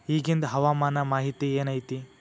ಇಗಿಂದ್ ಹವಾಮಾನ ಮಾಹಿತಿ ಏನು ಐತಿ?